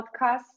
podcast